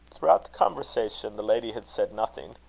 throughout the conversation, the lady had said nothing,